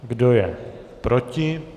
Kdo je proti?